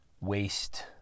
waste